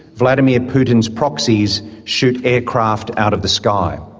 vladimir putin's proxies shoot aircraft out of the sky.